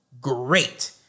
Great